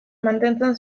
mantentzen